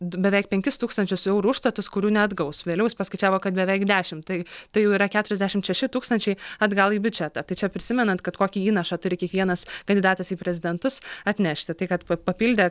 beveik penkis tūkstančius eurų užstatus kurių neatgaus vėliau paskaičiavo kad beveik dešimt tai tai jau yra keturiasdešimt šeši tūkstančiai atgal į biudžetą tai čia prisimenant kad kokį įnašą turi kiekvienas kandidatas į prezidentus atnešti tai kad pa papildė